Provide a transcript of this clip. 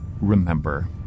remember